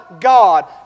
God